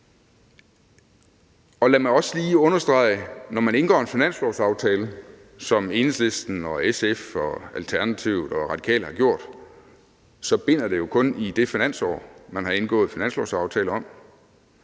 Lad mig også lige understrege, at når man indgår en finanslovsaftale, som Enhedslisten, SF, Alternativet og Radikale har gjort, så binder det jo kun i det finansår, man har indgået finanslovsaftalen om.